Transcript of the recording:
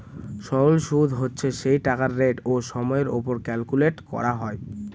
সরল সুদ হচ্ছে সেই টাকার রেট ও সময়ের ওপর ক্যালকুলেট করা হয়